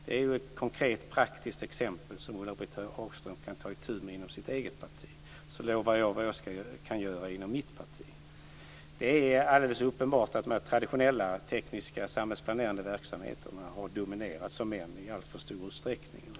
Det är ett konkret, praktiskt exempel på något som Ulla-Britt Hagström kan ta itu med inom sitt eget parti. Jag lovar att jag ska göra vad jag kan inom mitt parti. Det är alldeles uppenbart att de här traditionella, tekniska samhällsplanerande verksamheterna har dominerats av män i alltför stor utsträckning.